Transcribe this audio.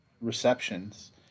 receptions